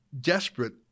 desperate